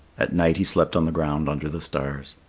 at night he slept on the ground under the stars.